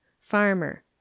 Farmer